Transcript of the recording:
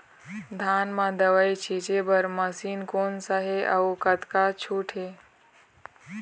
धान म दवई छींचे बर मशीन कोन सा हे अउ कतका छूट हे?